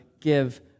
give